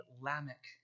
Lamech